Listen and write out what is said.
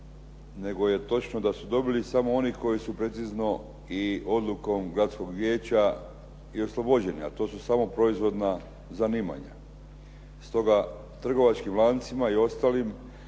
nego je točno da su dobili samo oni koji su precizno i odlukom gradskog vijeća i oslobođeni a to su samo proizvodna zanimanja. Stoga trgovačkim lancima i ostalim